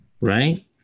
Right